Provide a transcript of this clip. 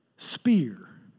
Spear